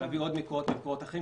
להביא עוד מקורות ממקורות אחרים,